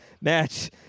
match